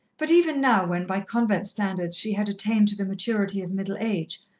but even now, when by convent standards she had attained to the maturity of middle age,